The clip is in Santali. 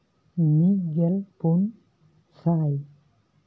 ᱢᱤᱫ ᱜᱮᱞ ᱯᱩᱱ ᱥᱟᱭ